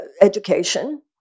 education